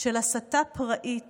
של הסתה פראית